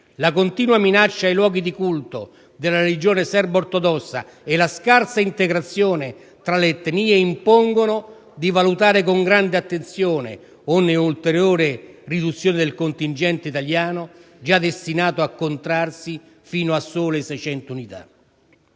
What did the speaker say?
la continua minaccia ai luoghi di culto della religione serbo-ortodossa e la scarsa integrazione tra le diverse etnie impongono di valutare con grande attenzione ogni ulteriore riduzione del contingente italiano, già destinato a contrarsi fino a sole 600 unità.